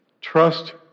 Trust